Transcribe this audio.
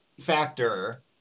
factor